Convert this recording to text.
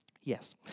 Yes